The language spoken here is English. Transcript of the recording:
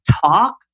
talk